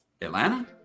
Atlanta